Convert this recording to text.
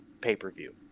pay-per-view